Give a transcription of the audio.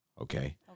Okay